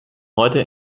heute